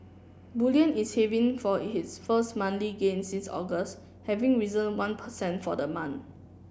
bullion is for its first monthly gain since August having risen one per cent for the month